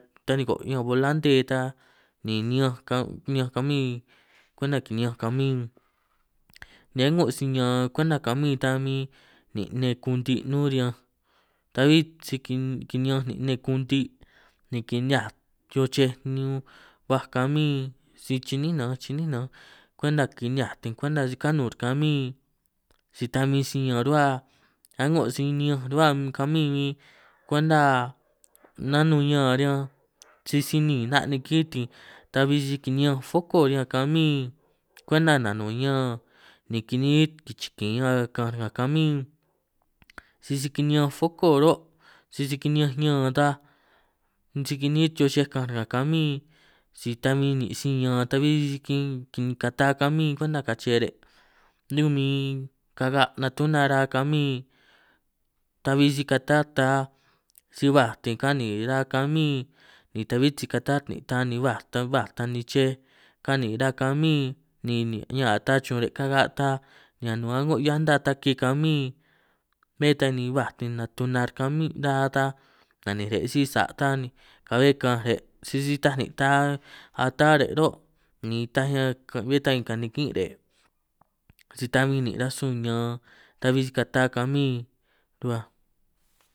Taniko' ñan bolante ta ni niñanj ka' niñanj kamín kwenta kiniñanj kamín, ni a'ngo si ñaan kwenta kamín ta huin nin' nne kunti' nnún riñanj, ta'bbí si kini'ñanj nin' nne kunti' ni kinihiaj chochej baj kamín, si chi'nín nanj chi'nín nanj kwenta kinihiajt kwenta si kanún' kamín, si ta huin si ñaan ruhua a'ngo si ni'ñanj ruhua kamín huin kwenta, nanun ñaan riñanj sisi niin 'na' niki' tin' ta'hui si kiniñanj foko riñan kamín, kwenta nanun ñaan ni kiniínt kichikin ñaan kaanj nga kamín sisi kiniñanj foco ro' sisi kini'ñanj ñaan ta, si kiniín' chochej kaanjt nga kamín si ta huin nin' si ñaan ta'hui si kin kin kata kamín kwenta kache ré', nun' min kaka' natuna ra kamín ta'hui si katát ta si baj tin kani ra kamín', ni ta'huit si katat nin' ta ni baj baj tani chej kanin ra kamín, ni nin' ñan ata chun re' kaga' ta ni a nnun a'ngo llanta taki kamín, bé ta ni bajt ni natunat kamín ta ta na'ninj re' sisa' ta ni ka'hue kaanj re' sisi taj nin' ta atá re' ro' ni taj ñan ka'hue tanikin' re', si ta huin nin' rasun ñaan ta huin si kata camín ruhuaj.